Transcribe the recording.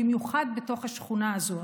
במיוחד בתוך השכונה הזאת,